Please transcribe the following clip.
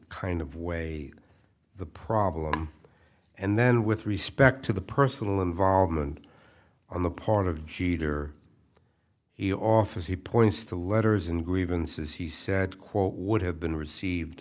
kind of way the problem and then with respect to the personal involvement on the part of jeter he offers he points to letters and grievances he said quote would have been received